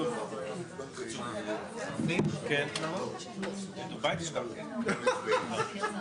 אין לך מחירי עסקאות דומות כי אין בסביבה בתים כאלה שהולכים.